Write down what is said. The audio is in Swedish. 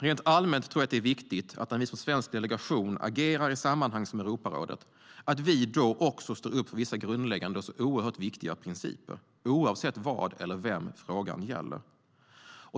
Rent allmänt tror jag att det är viktigt att vi när vi som svensk delegation agerar i sammanhang som Europarådet står upp för vissa grundläggande och viktiga principer oavsett vad eller vem frågan gäller.